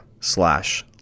slash